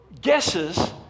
guesses